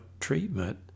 treatment